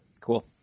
cool